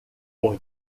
por